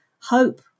Hope